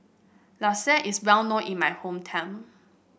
lasagne is well known in my hometown